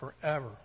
forever